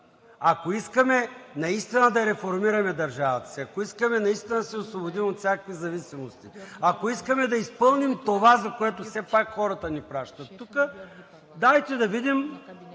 Ако искаме наистина да реформираме държавата си, ако искаме наистина да се освободим от всякакви зависимости, ако искаме да изпълним това, за което все пак хората ни пращат тук, дайте да видим